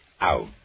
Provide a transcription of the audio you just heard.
out